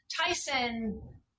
Tyson